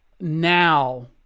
now